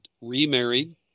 remarried